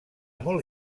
molt